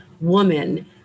woman